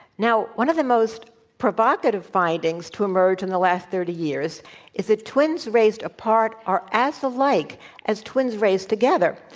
now, one of the most provocative findings to emerge in the last thirty years is that twins raised apart are as alike like as twins raised together.